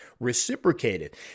Reciprocated